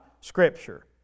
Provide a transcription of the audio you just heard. Scripture